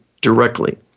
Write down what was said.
directly